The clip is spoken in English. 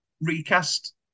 recast